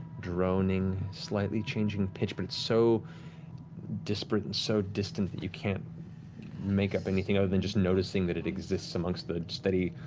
droning, slightly changing pitch, but it's so disparate and so distant that you can't make up anything other than noticing that it exists amongst the steady,